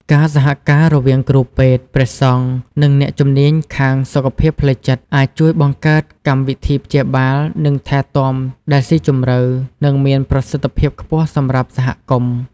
ការសហការរវាងគ្រូពេទ្យ ព្រះសង្ឃ និងអ្នកជំនាញខាងសុខភាពផ្លូវចិត្ត អាចជួយបង្កើតកម្មវិធីព្យាបាល និងថែទាំដែលស៊ីជម្រៅ និងមានប្រសិទ្ធភាពខ្ពស់សម្រាប់សហគមន៍។